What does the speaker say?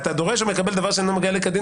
אתה דורש או מקבל דבר שאינו מגיע לך כדין,